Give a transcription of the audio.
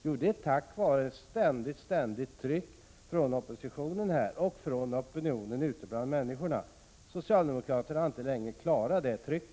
Jo, tack vare ett ständigt tryck från oppositionen här och från opinionen ute bland människorna. Socialdemokraterna har inte längre klarat detta tryck.